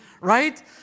right